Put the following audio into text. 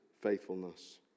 faithfulness